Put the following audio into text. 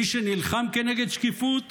מי שנלחם כנגד שקיפות